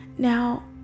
Now